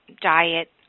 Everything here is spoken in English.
diet